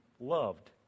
loved